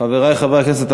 חברי חברי הכנסת,